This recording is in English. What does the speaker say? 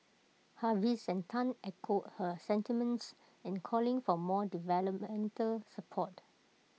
Hafiz and Tan echoed her sentiments in calling for more developmental support